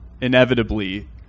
inevitably